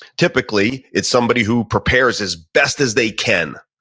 typically, it's somebody who prepares as best as they can,